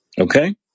Okay